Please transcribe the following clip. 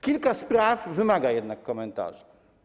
Kilka spraw wymaga jednak komentarza.